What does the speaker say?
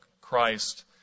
Christ